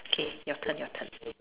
okay your turn your turn